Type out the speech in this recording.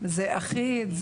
זה אחיד?